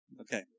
Okay